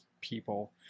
people